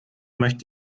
möchte